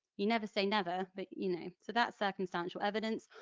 you never say never but. you know so that's circumstantial evidence.